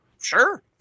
Sure